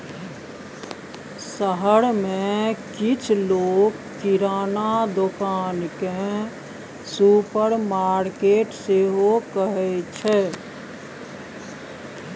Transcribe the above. शहर मे किछ लोक किराना दोकान केँ सुपरमार्केट सेहो कहै छै